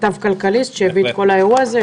כתב כלכליסט שהביא את האירוע הזה.